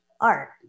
art